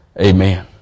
amen